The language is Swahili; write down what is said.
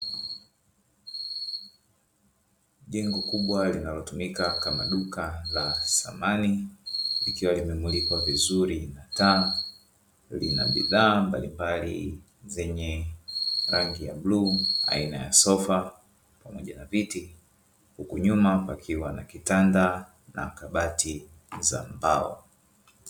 Jengo kubwa linalo tumika kama duka la samani likiwa limemulikwa vizuri na taa, lina bidhaa mbalimbali zenye rangi ya bluu aina ya sofa pamoja na viti, huku nyuma pakiwa na kitanda na kabati za mbao.